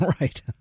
Right